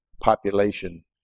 population